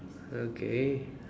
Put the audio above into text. okay